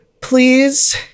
Please